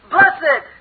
Blessed